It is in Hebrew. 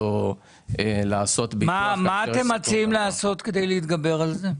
מה אתם מציעים לעשות כדי להתגבר על זה?